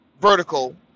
vertical